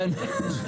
איך אתה